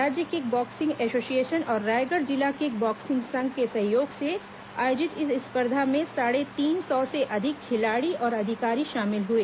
राज्य kick boxing association और रायगढ़ जिला किक बॉक्सिंग संघ के सहयोग से आयोजित इस स्पर्धा में साढ़े तीन सौ से अधिक खिलाड़ी और अधिकारी शामिल हुए